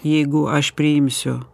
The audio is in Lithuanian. jeigu aš priimsiu